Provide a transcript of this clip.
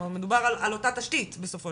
זאת אומרת מדובר על אותה תשתית בסופו